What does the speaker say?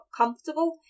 comfortable